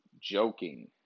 joking